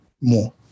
more